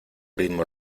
ritmo